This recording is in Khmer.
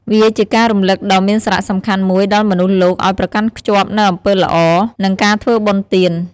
វាជាការរំឭកដ៏មានសារៈសំខាន់មួយដល់មនុស្សលោកឲ្យប្រកាន់ខ្ជាប់នូវអំពើល្អ និងការធ្វើបុណ្យទាន។